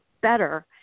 better